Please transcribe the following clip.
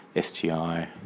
STI